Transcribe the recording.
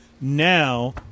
now